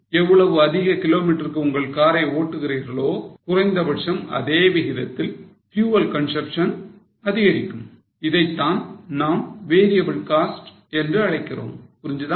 எவ்வளவு அதிக கிலோமீட்டருக்கு உங்கள் காரை ஓட்டுகிறீர்களோ குறைந்தபட்சம் அதே விகிதத்தில் fuel consumption அதிகரிக்கும் இதைத்தான் நாம் variable cost என்று அழைக்கிறோம் புரிஞ்சுதா